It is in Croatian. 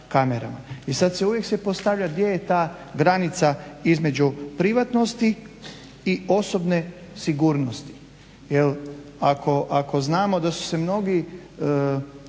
I uvijek se postavlja gdje je ta granica između privatnosti i osobne sigurnosti jer ako znamo da su se mnogi